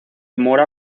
mora